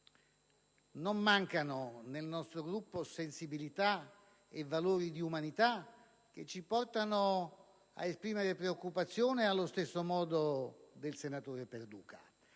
non mancano, nel nostro Gruppo, sensibilità e valori di umanità che ci portano ad esprimere preoccupazione allo stesso modo del senatore Perduca.